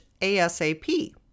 ASAP